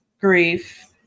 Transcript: grief